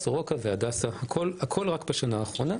סורוקה והדסה הכול רק בשנה האחרונה.